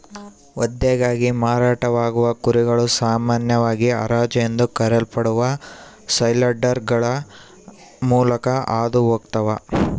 ವಧೆಗಾಗಿ ಮಾರಾಟವಾಗುವ ಕುರಿಗಳು ಸಾಮಾನ್ಯವಾಗಿ ಹರಾಜು ಎಂದು ಕರೆಯಲ್ಪಡುವ ಸೇಲ್ಯಾರ್ಡ್ಗಳ ಮೂಲಕ ಹಾದು ಹೋಗ್ತವ